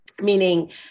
meaning